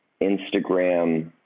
Instagram